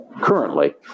currently